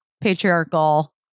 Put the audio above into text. patriarchal